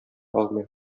алмыйм